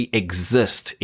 exist